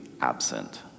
absent